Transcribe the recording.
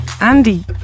Andy